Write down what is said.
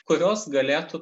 kurios galėtų